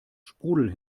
sprudel